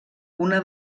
una